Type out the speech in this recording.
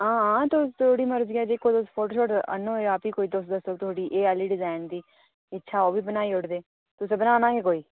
हां थुआढ़ी मर्जी दा जेह् कोई फोटो छोटो आह्नो जां फ्ही कोई तुस दस्सो थुआढ़ी एह् आह्ली डिजाइन दी इच्छा ओह् बी बनाई ओड़दे तुसें बनाना ऐ गै कोई